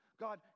God